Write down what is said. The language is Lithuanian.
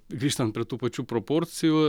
grįžtant prie tų pačių proporcijų